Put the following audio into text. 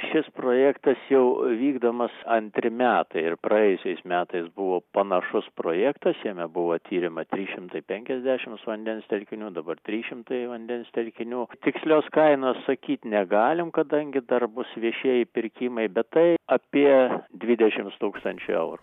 šis projektas jau vykdomas antri metai ir praėjusiais metais buvo panašus projektas jame buvo tiriama trys šimtai penkiasdešims vandens telkinių dabar trys šimtai vandens telkinių tikslios kainos sakyt negalim kadangi dar bus viešieji pirkimai bet tai apie dvidešims tūkstančių eurų